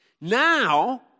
Now